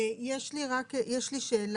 יש לי שאלה.